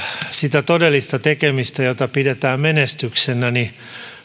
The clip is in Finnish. sitä todellista tekemistä jota pidetään menestyksenä niin